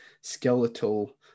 skeletal